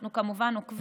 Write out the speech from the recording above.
אנחנו כמובן עוקבים